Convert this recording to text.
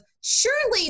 surely